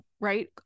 right